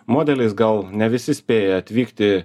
modeliais gal ne visi spėja atvykti